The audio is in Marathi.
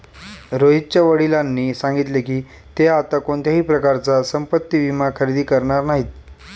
रोहितच्या वडिलांनी सांगितले की, ते आता कोणत्याही प्रकारचा संपत्ति विमा खरेदी करणार नाहीत